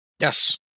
Yes